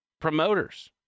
promoters